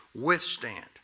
withstand